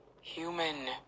human